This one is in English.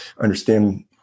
understand